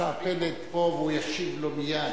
השר פלד פה, והוא ישיב לו מייד.